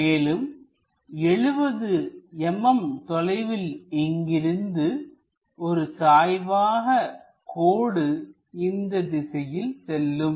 மேலும் 70 mm தொலைவில் இங்கிருந்து ஒரு சாய்வாக கோடு இந்த திசையில் செல்லும்